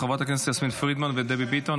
חברות הכנסת יסמין פרידמן ודבי ביטון,